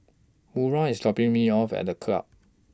Maura IS dropping Me off At The Club